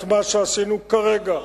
את מה שעשינו כרגע,